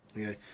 okay